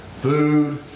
food